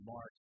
Mark